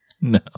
No